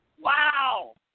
Wow